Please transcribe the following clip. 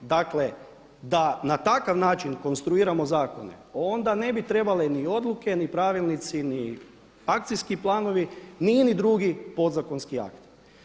Dakle, da na takav način konstruiramo zakone, onda ne bi trebale ni odluke, ni pravilnici ni akcijski planovi, ni jedan ni drugi podzakonski akt.